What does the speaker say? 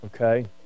Okay